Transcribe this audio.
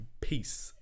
Peace